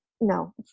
No